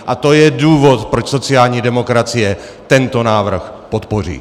A to je důvod proč sociální demokracie tento návrh podpoří.